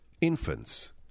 infants